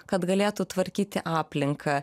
kad galėtų tvarkyti aplinką